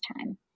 time